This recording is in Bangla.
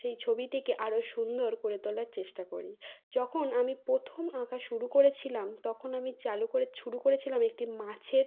সেই ছবিটিকে আরো সুন্দর করে তোলার চেষ্টা করি যখন আমি প্রথম আঁকা শুরু করেছিলাম তখন আমি চালু করে শুরু করেছিলাম একটি মাছের